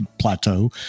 plateau